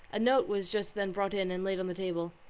a note was just then brought in, and laid on the table.